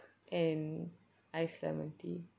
and iced lemon tea